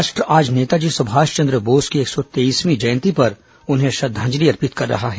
राष्ट्र आज नेताजी सुभाषचंद्र बोस की एक सौ तेईसवीं जयंती पर उन्हें श्रद्वाजंलि अर्पित कर रहा है